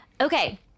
Okay